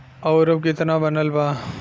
और अब कितना बनल बा?